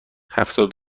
هفتاد